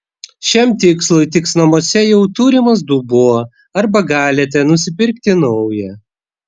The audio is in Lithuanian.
šiam tikslui tiks namuose jau turimas dubuo arba galite nusipirkti naują